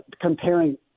comparing